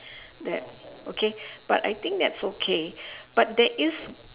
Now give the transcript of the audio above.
that okay but I think that's okay but there is